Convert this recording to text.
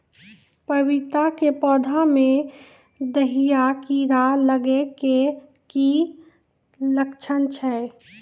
पपीता के पौधा मे दहिया कीड़ा लागे के की लक्छण छै?